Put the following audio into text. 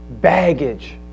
baggage